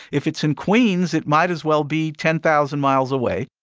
if it's in queens, it might as well be ten thousand miles away.